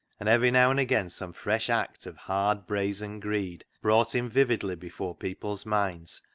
and every now and again some fresh act of hard, brazen greed brought him vividly before people's minds,